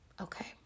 Okay